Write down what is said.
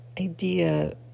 idea